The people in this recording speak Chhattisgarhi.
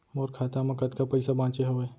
मोर खाता मा कतका पइसा बांचे हवय?